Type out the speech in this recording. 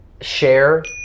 share